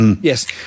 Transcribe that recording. Yes